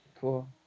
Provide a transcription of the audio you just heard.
Cool